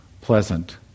pleasant